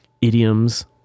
idioms